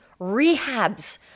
rehabs